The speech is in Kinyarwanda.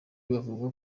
bavuga